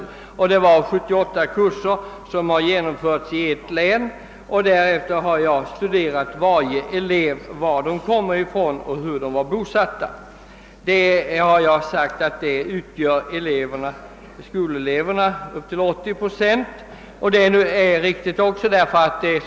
Jag har därvid utgått ifrån de 78 kurser som genomförts i ett län och har därefter studerat varifrån varje enskild elev i dessa kommer och var vederbörande är bosatt. Jag har redovisat att skoleleverna utgör upp till 80 procent av elevmaterialet. Denna uppgift är riktig.